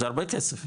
זה הרבה כסף,